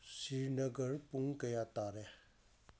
ꯁ꯭ꯔꯤꯅꯒꯔ ꯄꯨꯡ ꯀꯌꯥ ꯇꯥꯔꯦ